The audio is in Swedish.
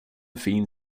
fin